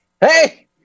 hey